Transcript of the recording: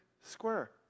square